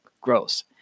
gross